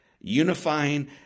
unifying